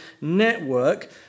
network